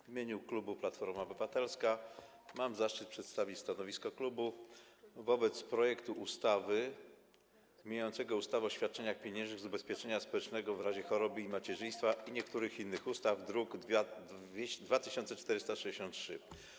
W imieniu klubu Platforma Obywatelska mam zaszczyt przedstawić stanowisko klubu wobec projektu ustawy zmieniającej ustawę o zmianie ustawy o świadczeniach pieniężnych z ubezpieczenia społecznego w razie choroby i macierzyństwa oraz niektóre inne ustawy, druk nr 2463.